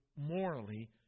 morally